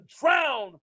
drown